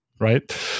right